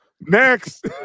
Next